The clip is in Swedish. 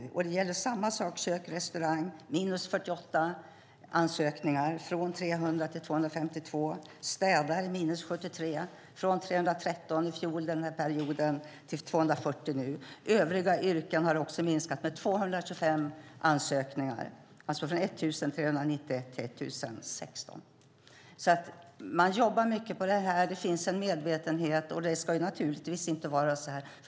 Samma sak gäller kök och restaurang - minus 48 ansökningar, från 300 till 252. När det gäller städare är det minus 73, från 313 den här perioden förra året till 240 nu. Övriga yrken har minskat med 225 ansökningar. Man jobbar mycket på detta. Det finns en medvetenhet om detta. Det ska naturligtvis inte vara så här.